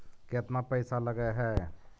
केतना पैसा लगय है?